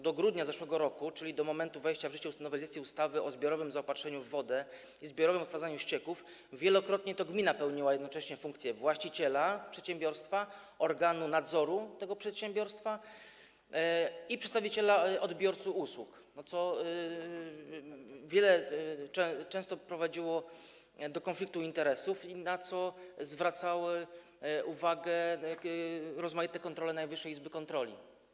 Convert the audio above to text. Do grudnia zeszłego roku, czyli do momentu wejścia w życie nowelizacji ustawy o zbiorowym zaopatrzeniu w wodę i zbiorowym odprowadzaniu ścieków, wielokrotnie to gmina pełniła jednocześnie funkcję właściciela przedsiębiorstwa, organu nadzoru tego przedsiębiorstwa i przedstawiciela odbiorcy usług, co często prowadziło do konfliktu interesów i na co zwracały uwagę rozmaite kontrole Najwyższej Izby Kontroli.